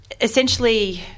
essentially